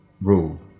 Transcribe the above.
rule